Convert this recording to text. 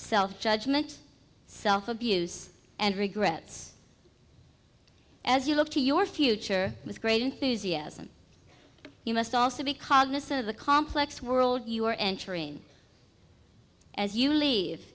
self judgement self abuse and regrets as you look to your future with great enthusiasm you must also be cognizant of the complex world you are entering as you leave